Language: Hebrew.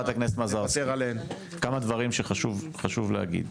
חברת הכנסת מזרסקי, כמה דברים שחשוב להגיד.